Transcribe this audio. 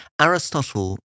Aristotle